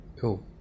Cool